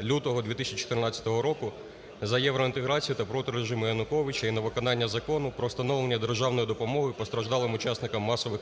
лютого 2014 року за євроінтеграцію та проти режиму Януковича і на виконання Закону "Про встановлення державної допомоги постраждалим учасникам масових